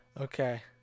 Okay